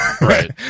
right